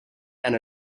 and